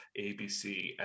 ABC